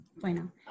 Bueno